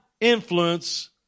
influence